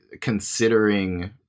considering